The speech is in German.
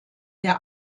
der